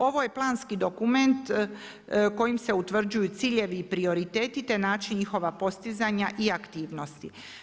Ovo je planski dokument, kojim se utvrđuju ciljevi i prioriteti te način njihova postizanja i aktivnosti.